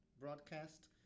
broadcast